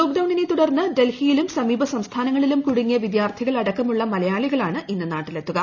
ലോക്ഡൌണിനെ തുടർന്ന് ഡൽഹിയിലും സമീപ സംസ്ഥാനങ്ങളിലും കുടുങ്ങിയ വിദ്യാർത്ഥികൾ അടക്കമുള്ള മലയാളികളാണ് ഇന്ന് നാട്ടിലെത്തുക